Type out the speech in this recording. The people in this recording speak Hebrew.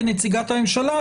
כנציגת הממשלה,